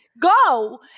go